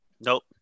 Nope